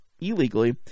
illegally